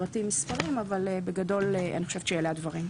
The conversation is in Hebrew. פרטים ומספרים אבל אני חושבת שבגדול אלה הדברים.